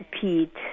Pete